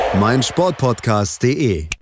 meinsportpodcast.de